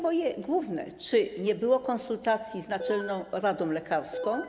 Moje główne pytanie: Czy nie było konsultacji z Naczelną Radą Lekarską?